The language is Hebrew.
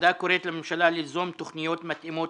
הוועדה קוראת לממשלה ליזום תוכניות מתאימות